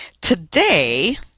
Today